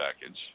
package